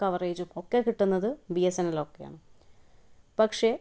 കവറേജും ഒക്കെ കിട്ടുന്നത് ബിയസെന്നൽ ഒക്കെയാണ് പക്ഷേ